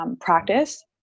practice